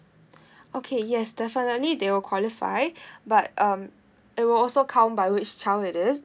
okay yes definitely they will qualify but um it will also count by which child it is